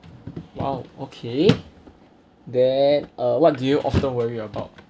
!wow! okay that uh what do you often worry about